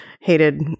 hated